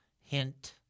Hint